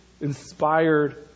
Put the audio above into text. inspired